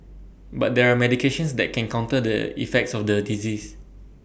but there are medications that can counter the effects of the disease